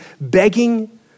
begging